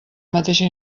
mateixa